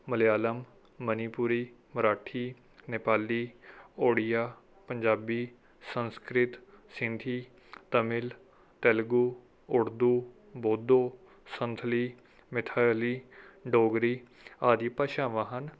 ਮਲਿਆਲਮ ਮਨੀਪੁਰੀ ਮਰਾਠੀ ਨੇਪਾਲੀ ਉੜੀਆ ਪੰਜਾਬੀ ਸੰਸਕ੍ਰਿਤ ਸਿੰਧੀ ਤਮਿਲ ਤੇਲਗੂ ਉਰਦੂ ਬੋਧੋ ਸੰਨਥਲੀ ਮੈਥੇਲੀ ਡੋਗਰੀ ਆਦਿ ਭਾਸ਼ਾਵਾਂ ਹਨ